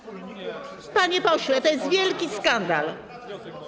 Panie pośle, to jest wielki skandal.